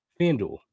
FanDuel